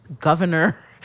governor